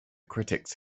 critics